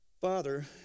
Father